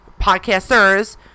podcasters